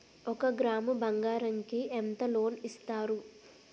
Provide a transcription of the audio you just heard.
ఒక గ్రాము బంగారం కి ఎంత లోన్ ఇస్తారు?